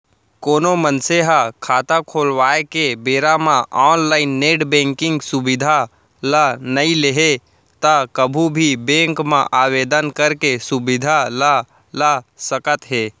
कोनो मनसे ह खाता खोलवाए के बेरा म ऑनलाइन नेट बेंकिंग सुबिधा ल नइ लेहे त कभू भी बेंक म आवेदन करके सुबिधा ल ल सकत हे